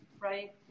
right